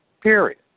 Period